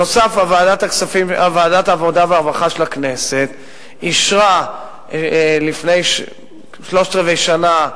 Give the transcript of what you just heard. נוסף על כך ועדת העבודה והרווחה של הכנסת אישרה לפני שלושת-רבעי שנה,